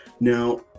Now